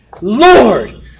Lord